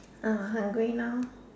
I'm hungry now